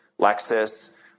Lexus